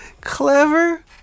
clever